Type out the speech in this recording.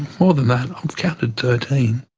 more than that, i've counted thirteen.